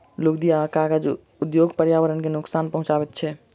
लुगदी आ कागज उद्योग पर्यावरण के नोकसान पहुँचाबैत छै